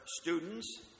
students